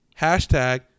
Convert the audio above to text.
Hashtag